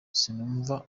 sinumva